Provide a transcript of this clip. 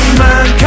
man